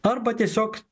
arba tiesiog